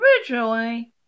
originally